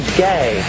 gay